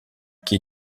qui